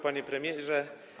Panie Premierze!